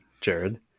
Jared